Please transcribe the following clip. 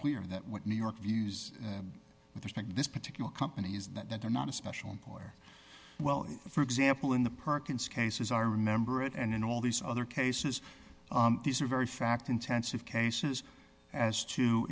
clear that what new york views with respect to this particular company is that they're not a special employer well for example in the perkins cases i remember it and in all these other cases these are very fact intensive cases as to